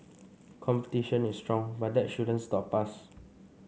competition is strong but that shouldn't stop us